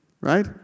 Right